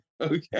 okay